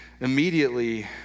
Immediately